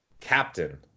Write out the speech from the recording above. Captain